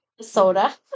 Soda